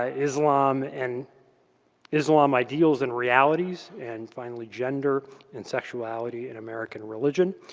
ah islam and islam ideals and realities, and finally gender and sexuality in american religion.